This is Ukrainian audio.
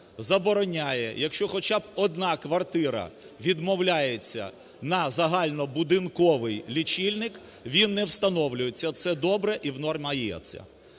забороняє, якщо хоча б одна квартира відмовляється назагальнобудинковий лічильник, він не встановлюється. Це добре і норма є ця.